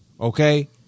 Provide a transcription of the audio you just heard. Okay